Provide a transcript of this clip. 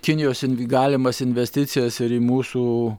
kinijos galimas investicijas ir į mūsų